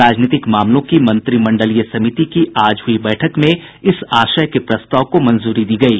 राजनीतिक मामलों की मंत्रिमंडलीय समिति की आज हुई बैठक में इस आशय के प्रस्ताव को मंजूरी दी गयी